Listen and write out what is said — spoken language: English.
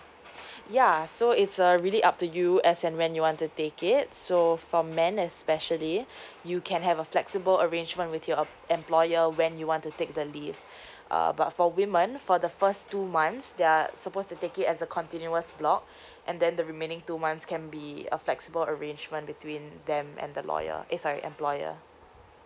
yeah so it's a really up to you as and when you want to take it so for man especially you can have a flexible arrangement with your em~ employer when you want to take the leave uh but for women for the first two months they're supposed to take it as a continuous block and then the remaining two months can be a flexible arrangement between them and the lawyer eh sorry employer